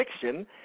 fiction